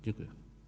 Dziękuję.